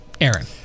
Aaron